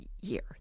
year